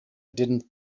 didn’t